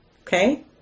Okay